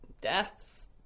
deaths